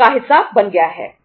का हिस्सा बन गया है